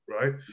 right